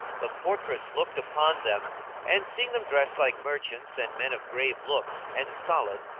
the portress looked upon them and seeing them dressed like merchants and men of grave looks and solid,